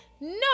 no